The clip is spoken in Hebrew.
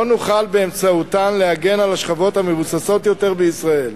לא נוכל באמצעותן להגן על השכבות המבוססות יותר בישראל,